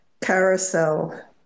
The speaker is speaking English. Carousel